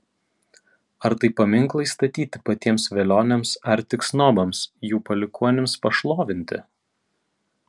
ar tai paminklai statyti patiems velioniams ar tik snobams jų palikuonims pašlovinti